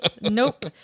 nope